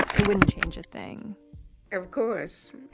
it wouldn't change a thing of course,